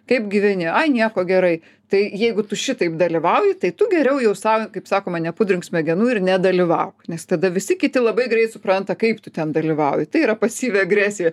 kaip gyveni ar nieko gerai tai jeigu tu šitaip dalyvauji tai tu geriau jau sau kaip sakoma nepudruok smegenų ir nedalyvauk nes tada visi kiti labai greit supranta kaip tu ten dalyvauji tai yra pasyvi agresija